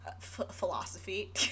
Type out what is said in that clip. philosophy